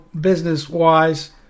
business-wise